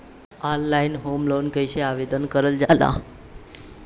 Online home loan कैसे आवेदन करल जा ला?